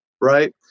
right